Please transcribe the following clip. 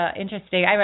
interesting